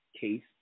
case